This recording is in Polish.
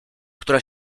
która